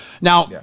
Now